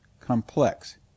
complex